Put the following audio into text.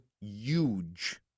huge